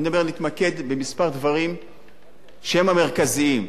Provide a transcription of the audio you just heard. אני מדבר על להתמקד בכמה דברים שהם המרכזיים.